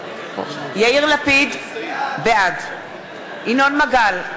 בעד ינון מגל,